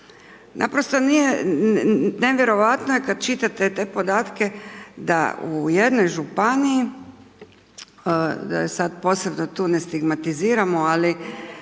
Naprosto nije, nevjerojatno je kad čitate te podatke da u jednoj županiji, da sad posebno tu ne stigmatiziramo, ali